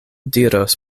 diros